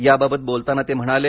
याबाबत बोलताना ते म्हणाले